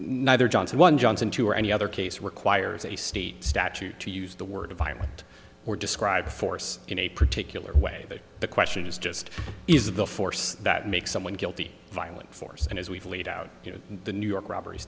neither johnson one johnson two or any other case requires a state statute to use the word violent or describe force in a particular way the question is just is the force that makes someone guilty violent force and as we've laid out in the new york robber